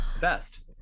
best